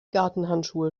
gartenhandschuhe